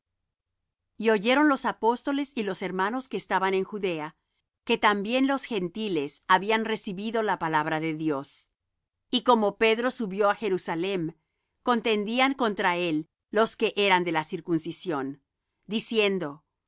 y oyeron los apóstoles y los hermanos que estaban en judea que también los gentiles habían recibido la palabra de dios y como pedro subió á jerusalem contendían contra él los que eran de la circuncisión diciendo